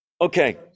okay